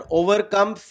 overcome